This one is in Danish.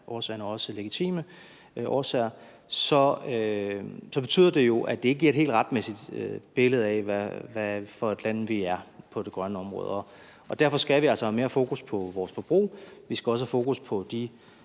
er også legitime – så betyder det jo, at det ikke giver et helt retvisende billede af, hvad for et land vi er på det grønne område. Derfor skal vi altså have mere fokus på vores forbrug. Vi skal også have fokus på de